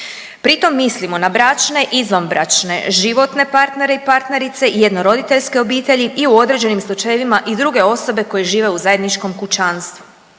Pri tom mislimo na bračne i izvanbračne, životne partnere i partnerice, jednoroditeljske obitelji i u određenim slučajevima i druge osobe koje žive u zajedničkom kućanstvu.